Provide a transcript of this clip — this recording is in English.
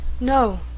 No